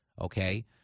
Okay